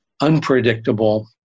unpredictable